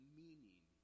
meaning